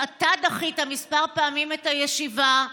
אתה דחית כמה פעמים את הישיבה,